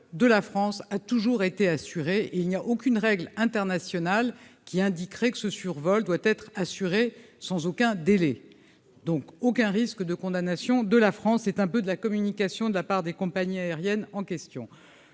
de la France a toujours été assuré, il n'y a aucune règle internationale qui indiquerait que ce survol doit être assurée sans aucun délai, donc aucun risque de condamnation de la France est un peu de la communication de la part des compagnies aériennes en question